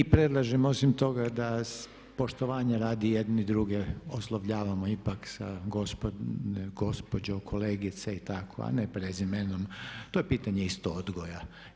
I predlažem osim toga da poštovanja radi jedni druge oslovljavamo ipak sa gospodine, gospođo, kolegice i tako a ne prezimenom, to je pitanje isto odgoja.